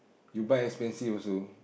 you buy expensive also